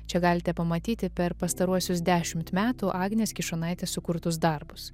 čia galite pamatyti per pastaruosius dešimt metų agnės kišonaitės sukurtus darbus